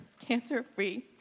cancer-free